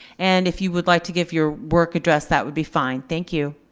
and if you would like to give your work address, that would be fine. thank you.